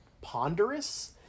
ponderous